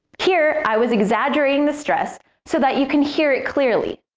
here, i was exaggerating the stress so that you can hear it clearly.